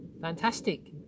fantastic